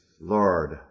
Lord